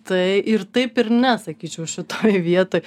tai ir taip ir ne sakyčiau šitoj vietoj